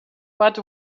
but